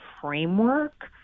framework